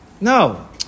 No